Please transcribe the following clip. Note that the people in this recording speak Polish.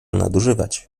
nadużywać